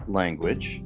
language